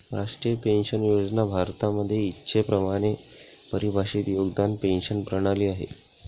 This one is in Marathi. राष्ट्रीय पेन्शन योजना भारतामध्ये इच्छेप्रमाणे परिभाषित योगदान पेंशन प्रणाली आहे